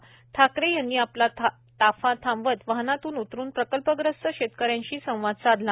म्ख्यमंत्री यांनी आपला ताफा थांबवत वाहनातून उतरून प्रकल्पग्रस्त शेतकऱ्यांशी संवाद साधला